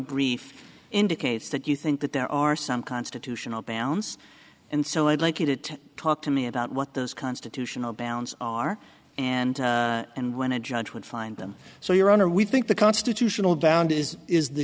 brief indicates that you think that there are some constitutional bounds and so i'd like you to talk to me about what those constitutional bounds are and and when a judge would find them so your honor we think the constitutional bound is